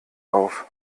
auf